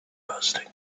bursting